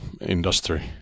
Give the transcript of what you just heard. industry